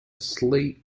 slate